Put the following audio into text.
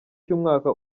cy’umwaka